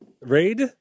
raid